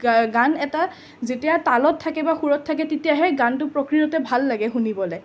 গান এটা যেতিয়া তালত থাকে বা সুৰত থাকে তেতিয়াহে গানটো প্ৰকৃততে ভাল লাগে শুনিবলৈ